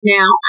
now